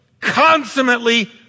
consummately